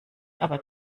aber